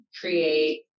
create